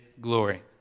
glory